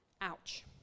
Ouch